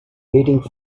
waiting